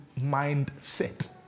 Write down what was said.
mindset